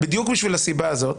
בדיוק בשביל הסיבה הזאת,